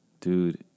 Dude